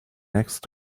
next